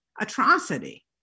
atrocity